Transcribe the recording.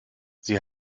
sie